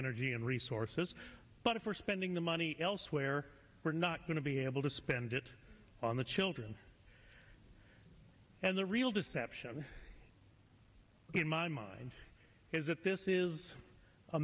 energy and resources but if we're spending the money elsewhere we're not going to be able to spend it on the children and the real deception in my mind is that this is a